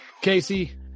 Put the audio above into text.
Casey